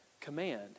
command